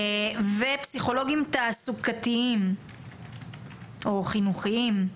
ופסיכולוגים תעסוקתיים או חינוכיים.